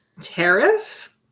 tariff